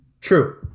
True